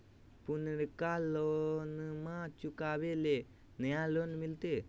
पुर्नका लोनमा चुकाबे ले नया लोन मिलते?